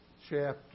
chapter